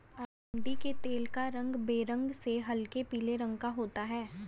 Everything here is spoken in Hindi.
अरंडी के तेल का रंग बेरंग से हल्के पीले रंग का होता है